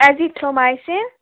ایزِتھرٛوٗ مایسِن